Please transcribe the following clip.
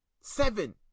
seven